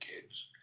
kids